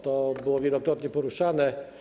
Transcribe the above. To było wielokrotnie poruszane.